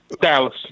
Dallas